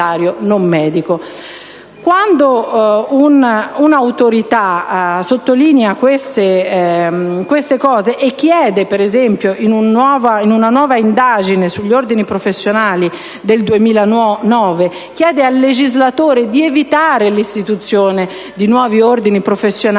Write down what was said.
Quando un'Autorità sottolinea queste cose e chiede al legislatore, in una nuova indagine sugli ordini professionali del 2009, di evitare l'istituzione di nuovi ordini professionali